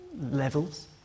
levels